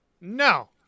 No